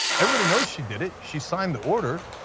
everybody know she did it, she signed the order.